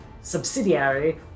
subsidiary